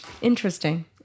Interesting